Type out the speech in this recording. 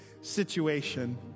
situation